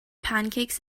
pancakes